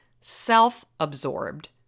self-absorbed